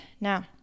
Now